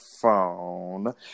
phone